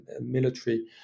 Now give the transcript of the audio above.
military